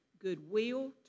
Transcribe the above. goodwill